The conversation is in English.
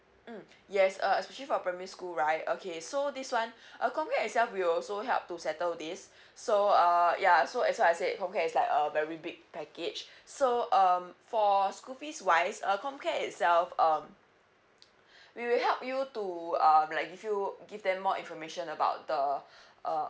mm yes err especially for primary school right okay so this one uh comcare itself we will also help to settle this so err ya so as what I said comcare is like a very big package so um for school fees wise uh comcare itself um we will help you to um like give you give them more information about the uh